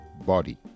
body